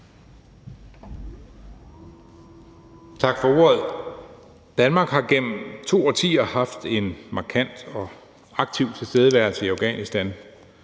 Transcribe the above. Tak for ordet. Danmark har gennem to årtier haft en markant og aktiv tilstedeværelse i Afghanistan,